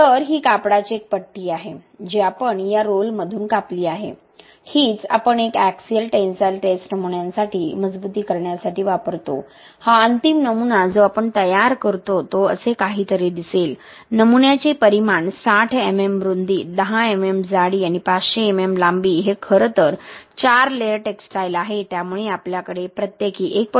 तर ही कापडाची एक पट्टी आहे जी आपण या रोलमधून कापली आहे हीच आपण एक एक्सिअल टेन्साईल टेस्ट नमुन्यांसाठी मजबुतीकरणासाठी वापरतो हा अंतिम नमुना जो आपण तयार करतो तो असे काहीतरी दिसेल नमुन्याचे परिमाण 60 mm रुंदी 10 mm जाडी आणि 500 mm लांबी हे खरं तर चार लेयर्ड टेक्सटाइल आहे त्यामुळे आपल्याकडे प्रत्येकी 1